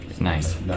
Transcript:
Nice